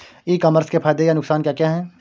ई commerce के फायदे या नुकसान क्या क्या हैं?